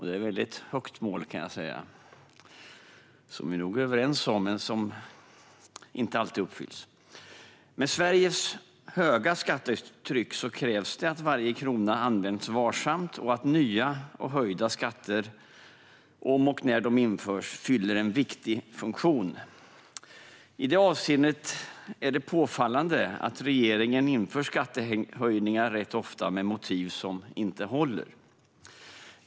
Det är ett mycket högt mål, kan jag säga, som vi nog är överens om men som inte alltid uppfylls. Med Sveriges höga skattetryck krävs det att varje krona används varsamt och att nya och höjda skatter, om och när de införs, fyller en viktig funktion. I detta avseende är det påfallande att regeringen rätt ofta inför skattehöjningar med motiv som inte håller.